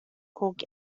cork